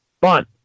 fun